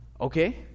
Okay